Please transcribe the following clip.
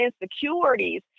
insecurities